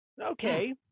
Okay